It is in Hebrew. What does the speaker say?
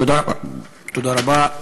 תודה רבה, תודה רבה.